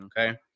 Okay